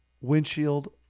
windshield